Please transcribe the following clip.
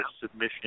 submission